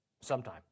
sometime